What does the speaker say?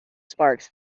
sparks